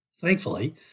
Thankfully